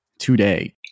Today